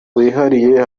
wihariye